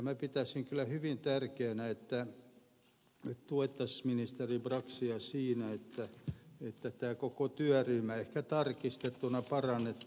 minä pitäisin kyllä hyvin tärkeänä että tuettaisiin ministeri braxia siinä että mitä tää koko työryhmä tarkisti punaparonit